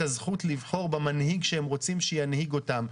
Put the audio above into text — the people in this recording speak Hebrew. הזכות לבחור במנהיג שהם רוצים שינהיג אותם.